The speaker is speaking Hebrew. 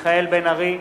מיכאל בן-ארי,